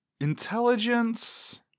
Intelligence